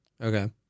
Okay